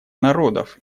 народов